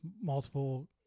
multiple